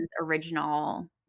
original